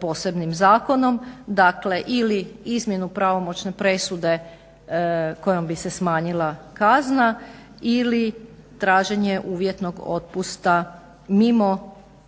posebnim zakonom. Dakle ili izmjenu pravomoćne presude kojom bi se smanjila kazna ili traženje uvjetnog otpusta mimo